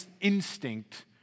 instinct